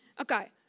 Okay